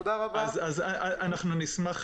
אנחנו נשמח